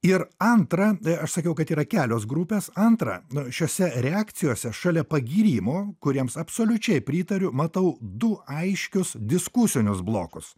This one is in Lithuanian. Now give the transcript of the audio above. ir antra tai aš sakiau kad yra kelios grupės antra na šiose reakcijose šalia pagyrimo kuriems absoliučiai pritariu matau du aiškius diskusinius blokus